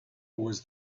was